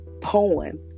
poem